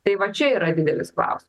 tai va čia yra didelis klausimas